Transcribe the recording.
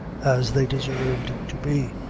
as they deserved to be,